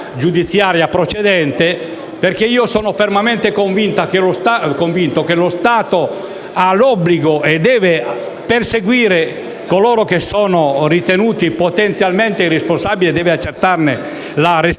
giudiziaria procedente. Sono fermamente convinto che lo Stato ha l'obbligo di perseguire coloro che sono ritenuti i potenziali responsabili e deve accertarne la responsabilità